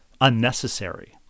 unnecessary